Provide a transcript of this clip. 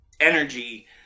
energy